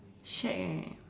shag eh